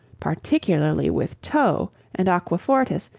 particularly with tow and aquafortis,